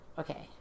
okay